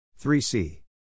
3C